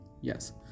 yes